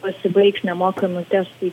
pasibaigs nemokami testai